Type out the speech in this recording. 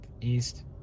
East